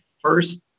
first